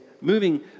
moving